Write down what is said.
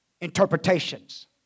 interpretations